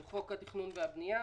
בחוק התכנון והבנייה.